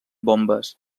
bombes